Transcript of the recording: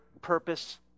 purpose